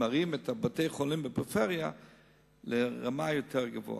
שמעלים את בתי-החולים בפריפריה לרמה יותר גבוהה.